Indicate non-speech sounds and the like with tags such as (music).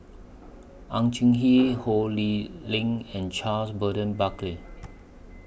Ang (unintelligible) Ho Lee Ling and Charles Burton Buckley